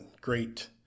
great